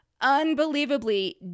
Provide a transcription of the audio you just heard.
unbelievably